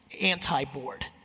anti-board